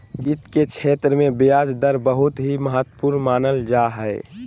वित्त के क्षेत्र मे ब्याज दर बहुत ही महत्वपूर्ण मानल जा हय